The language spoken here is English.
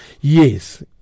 Yes